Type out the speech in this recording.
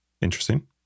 Interesting